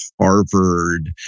Harvard